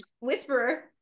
whisperer